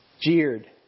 jeered